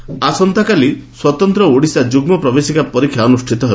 OJEE ଆସନ୍ତାକାଲି ସ୍ୱତନ୍ତ ଓଡ଼ିଶା ଯୁଗ୍ଗ ପ୍ରବେଶିକା ପରୀକ୍ଷା ଅନୁଷ୍ଷିତ ହେବ